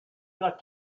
got